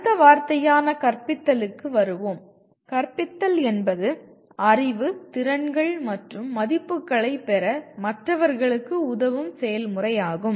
அடுத்த வார்த்தையான "கற்பித்தல்" க்கு வருவோம் கற்பித்தல் என்பது அறிவு திறன்கள் மற்றும் மதிப்புகளைப் பெற மற்றவர்களுக்கு உதவும் செயல்முறையாகும்